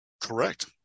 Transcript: Correct